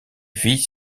vit